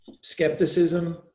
skepticism